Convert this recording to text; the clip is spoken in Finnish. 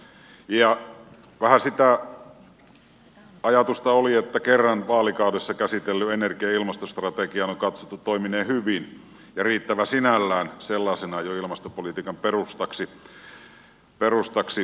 ja vähän sitä ajatusta oli että kerran vaalikaudessa käsitellyn energia ja ilmastostrategian on katsottu toimineen hyvin ja se on riittävä sinällään sellaisenaan jo ilmastopolitiikan perustaksi